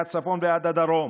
מהצפון ועד הדרום.